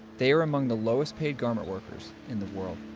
they are among the lowest paid garment workers in the world.